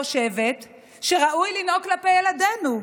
חושבת שראוי לנהוג כלפי ילדינו,